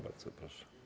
Bardzo proszę.